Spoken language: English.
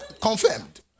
Confirmed